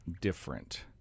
different